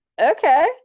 okay